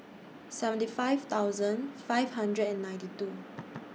seventy five thousand five hundred and ninety two